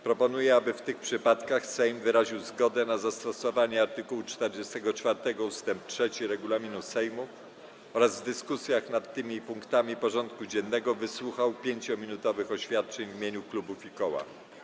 Proponuję, aby w tych przypadkach Sejm wyraził zgodę na zastosowanie art. 44 ust. 3 regulaminu Sejmu oraz w dyskusjach nad tymi punktami porządku dziennego wysłuchał 5-minutowych oświadczeń w imieniu klubów i koła.